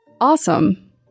Awesome